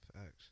Facts